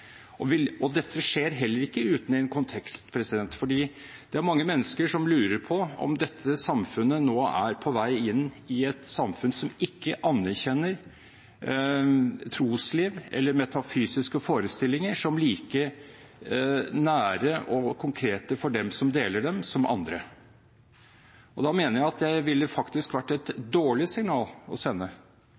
Og dette skjer heller ikke uten en kontekst, for det er mange mennesker som lurer på om dette samfunnet nå er på vei inn i et samfunn som ikke anerkjenner trosliv eller metafysiske forestillinger som like nære og konkrete for dem som deler dem, som andre. Da mener jeg at det faktisk ville vært et dårlig signal å sende